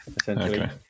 essentially